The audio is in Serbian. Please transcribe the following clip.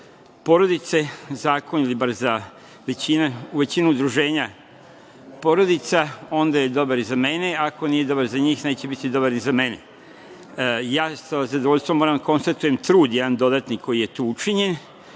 za porodice ili većinu udruženja porodica, onda je dobar i za mene. Ako nije dobar za njih, neće biti dobar ni za mene. Sa zadovoljstvom moram da konstatujem trud jedan dodatni koji je tu učinjen